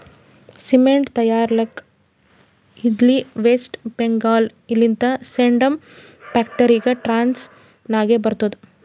cement ತೈಯಾರ್ಸ್ಲಕ್ ಇದ್ಲಿ ವೆಸ್ಟ್ ಬೆಂಗಾಲ್ ಲಿಂತ ಸೇಡಂ ಫ್ಯಾಕ್ಟರಿಗ ಟ್ರಕ್ ನಾಗೆ ಬರ್ತುದ್